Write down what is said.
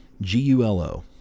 G-U-L-O